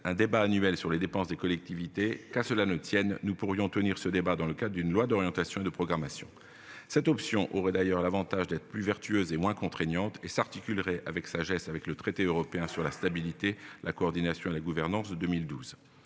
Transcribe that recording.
un débat annuel sur les dépenses des collectivités. Qu'à cela ne tienne, nous pourrions tenir ce débat dans le cas d'une loi d'orientation et de programmation. Cette option aurait d'ailleurs l'Avantage d'être plus vertueuse et moins contraignante et s'articulerait avec sagesse avec le traité européen sur la stabilité, la coordination et la gouvernance de 2012.